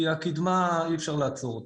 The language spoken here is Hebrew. כי הקדמה אי אפשר לעצור אותה,